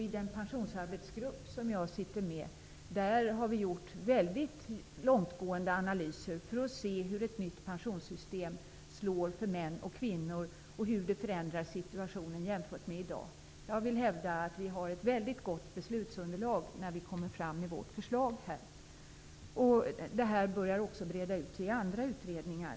I den arbetsgrupp om pensioner som jag sitter med i har vi gjort långtgående analyser för att se hur ett nytt pensionssystem slår för män och kvinnor och hur situationen förändras jämfört med i dag. Jag vill hävda att vi har ett gott beslutsunderlag för vårt förslag. Dessa frågor har börjat breda ut sig till andra utredningar.